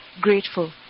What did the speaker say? grateful